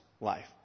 life